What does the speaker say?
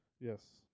Yes